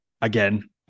again